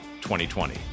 2020